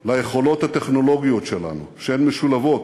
ליכולות הטכנולוגיות שלנו, שהן משולבות,